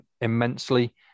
immensely